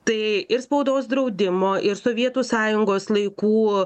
tai ir spaudos draudimo ir sovietų sąjungos laikų